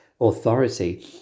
authority